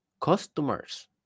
customers